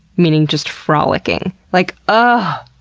meaning just frolicking. like ah